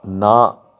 ਨਾ